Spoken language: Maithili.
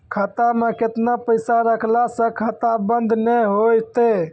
खाता मे केतना पैसा रखला से खाता बंद नैय होय तै?